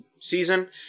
season